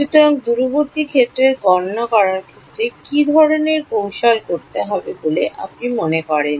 সুতরাং দূরবর্তী ক্ষেত্রের গণনা করার ক্ষেত্রে কি ধরণের কৌশল করতে হবে বলে আপনি মনে করেন